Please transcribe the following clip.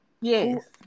Yes